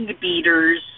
beaters